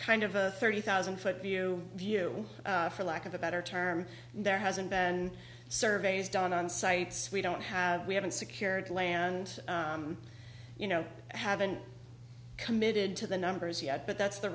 kind of a thirty thousand foot view view for lack of a better term and there hasn't been surveys done on sites we don't have we haven't secured land you know haven't committed to the numbers yet but that's the